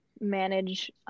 manage